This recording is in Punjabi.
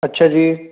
ਅੱਛਾ ਜੀ